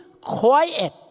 quiet